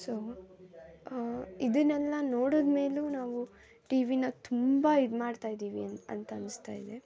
so ಇದನ್ನೆಲ್ಲ ನೋಡಿದ್ಮೇಲು ನಾವು ಟಿವಿನ ತುಂಬ ಇದು ಮಾಡ್ತಾ ಇದ್ದೀವಿ ಅಂ ಅಂತ ಅನ್ನಿಸ್ತಾ ಇದೆ